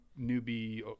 newbie